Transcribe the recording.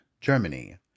Germany